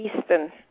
Eastern